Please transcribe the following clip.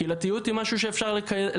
קהילתיות היא משהו שאפשר לקיים,